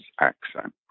accent